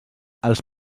els